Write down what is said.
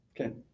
Okay